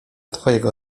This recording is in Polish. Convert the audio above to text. twojego